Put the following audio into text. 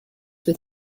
with